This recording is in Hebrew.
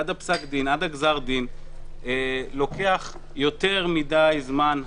עד גזר הדין לוקח יותר מדי זמן,